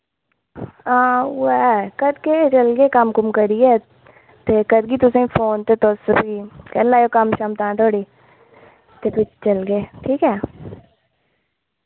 हां ओ ऐ करगे चलगे कम्म कुम्म करियै ते करगी तुसें फोन ते तुस फ्ही कर लैयो कम्म शम्म तां धोड़ी ते फिर चलगे ठीक ऐ